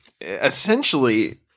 essentially